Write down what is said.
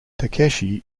takeshi